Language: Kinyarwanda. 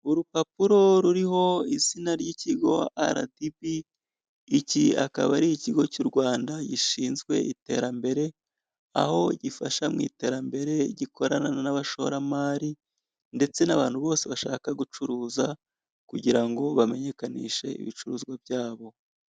Urupapuro ruriho izina ry'ikigo aradibi, iki akaba ari ikigo cy'u Rwanda gishinzwe iterambere, aho gifasha mu iterambere gikorana n'abashoramari ndetse n'abantu bose bashaka gucuruza, kugira ngo bamenyekanishe ibicuruzwa byabo.